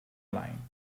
line